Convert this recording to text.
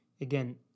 Again